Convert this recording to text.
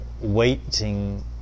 waiting